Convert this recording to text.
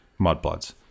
mudbloods